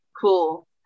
cool